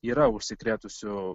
yra užsikrėtusių